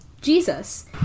Jesus